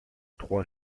trois